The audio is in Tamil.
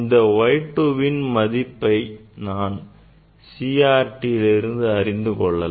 இந்த Y2 வின் மதிப்பையும் நான் CRTஇலிருந்து அறிந்து கொள்ளலாம்